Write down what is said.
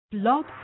Blog